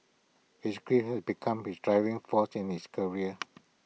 his grief had become his driving force in his career